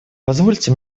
позвольте